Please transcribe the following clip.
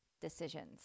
decisions